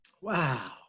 Wow